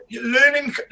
learning